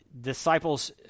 Disciples